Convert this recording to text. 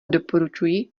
doporučuji